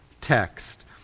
text